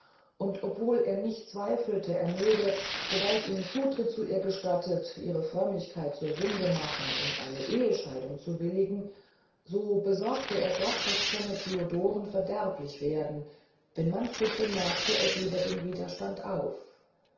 und obwohl er nicht zweifelte er möge sobald man ihm zutritt zu ihr gestatte ihrer frömmigkeit zur sünde machen in eine ehescheidung zu willigen so besorgte er doch es könne theodoren verderblich werden wenn manfred bemerkte er gebe den widerstand ein